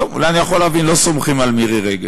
טוב, אולי אני יכול להבין לא סומכים על מירי רגב.